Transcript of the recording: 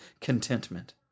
contentment